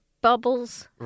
bubbles